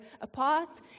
apart